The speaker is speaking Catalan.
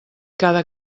cada